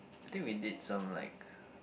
I think we did some like